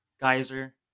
geyser